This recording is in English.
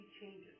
changes